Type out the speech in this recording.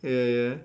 ya ya